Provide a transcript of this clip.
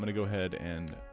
and go ahead and